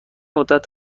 مدت